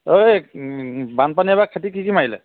অই বানপানীয়ে এইবাৰ খেতি কি কি মাৰিলে